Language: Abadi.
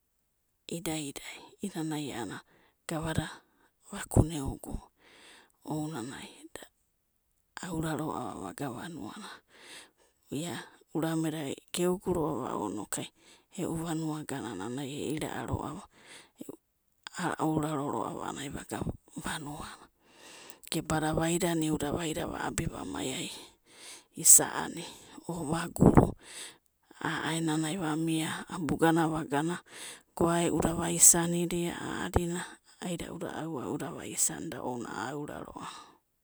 Idai idai, i'inana a'anana gavada vakuna eogu ounanai aura roava va gana vanuana, ia iurameda geogu roava ana ounanaikau e'u vanua ganana e'ira'a roava, a'a aoraro roava a'a nana vaganai vanuana, gebada vaida, niuda vaida, va abi va mai'ai isa'ani, o vaguru a'aenana va mia abugana gana va gana, goae'uda vaisanida, aida'uda aua'uda vaisanda ounana a'a aurarova